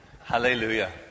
Hallelujah